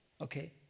Okay